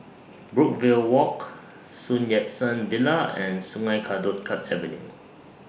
Brookvale Walk Sun Yat Sen Villa and Sungei Kadut Avenue